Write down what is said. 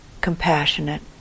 compassionate